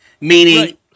meaning